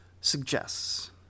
suggests